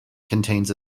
contains